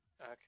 Okay